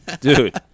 Dude